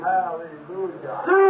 Hallelujah